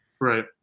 right